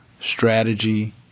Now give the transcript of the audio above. strategy